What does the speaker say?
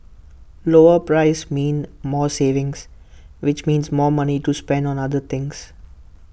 lower prices mean more savings which means more money to spend on other things